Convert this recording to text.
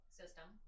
system